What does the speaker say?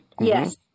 Yes